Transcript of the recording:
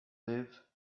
live